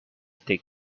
take